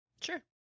sure